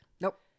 Nope